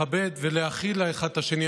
לכבד ולהכיל האחד את השני.